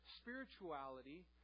spirituality